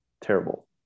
terrible